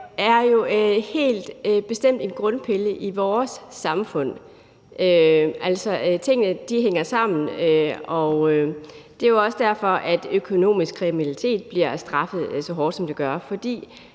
jo helt bestemt er en grundpille i vores samfund. Tingene hænger sammen, og det er jo også derfor, at økonomisk kriminalitet bliver straffet så hårdt, som det gør.